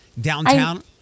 downtown